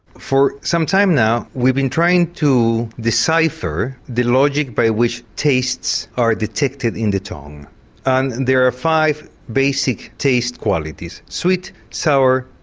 for some time now we've been trying to decipher the logic by which tastes are detected in the tongue and there are five basic taste qualities. sweet, sour,